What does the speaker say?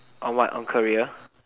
or what on career